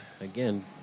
again